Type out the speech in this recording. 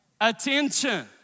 Attention